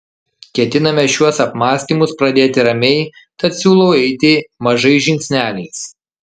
ketiname šiuos apmąstymus pradėti ramiai tad siūlau eiti mažais žingsneliais